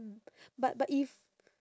but but if